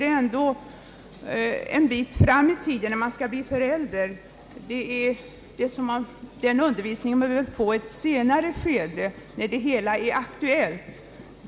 Det dröjer ändå några år innan eleven blir förälder. Föräldrautbildningen bör man få på ett senare skede, när det hela är aktuellt.